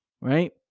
right